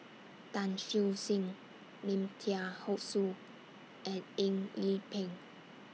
Tan Siew Sin Lim Thean whole Soo and Eng Yee Peng